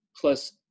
plus